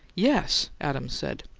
yes, adams said.